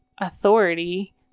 authority